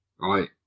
Right